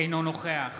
אינו נוכח